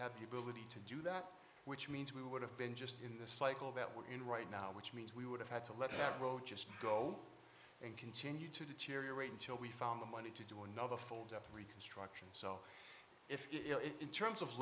have the ability to do that which means we would have been just in the cycle that we're in right now which means we would have had to let that road just go and continue to deteriorate until we found the money to do another full depth reconstruction so if